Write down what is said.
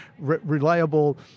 reliable